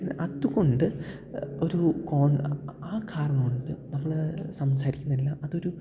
പിന്നെ അതുകൊണ്ട് ഒരു ആ കാരണം കൊണ്ട് നമ്മള് സംസാരിക്കുന്നില്ല അതൊരു